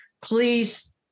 please